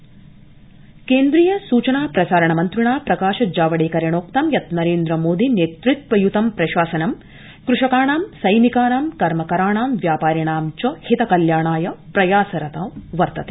N D A केन्द्रीय सुचना प्रसारण मन्द्रिणा प्रकाश जावडेकरेणोक्तं यत नरेन्द्रमोदी नेतृत्व यृतं प्रशासनं कृषकाणां सैनिकानां कर्मकराणां व्यापारिणां च हित कल्याणाय प्रयासरतो वर्तते